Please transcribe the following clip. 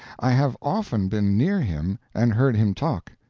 i have often been near him and heard him talk.